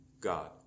God